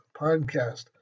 podcast